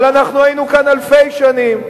אבל אנחנו היינו כאן אלפי שנים.